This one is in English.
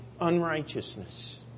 unrighteousness